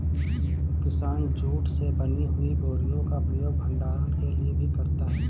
किसान जूट से बनी हुई बोरियों का प्रयोग भंडारण के लिए भी करता है